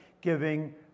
giving